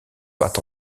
pattes